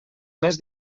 més